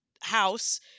house